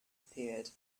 appeared